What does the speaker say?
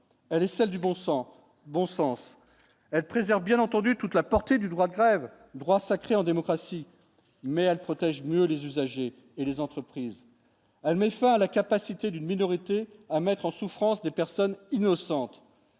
elle est celle du bon sens bon sens. Elle préserve bien entendu toute la portée du droit de grève. Droits sacrés en démocratie mais elle protège mieux les usagers et les entreprises, elle met fin à la capacité d'une minorité à mettre en souffrance des personnes innocentes.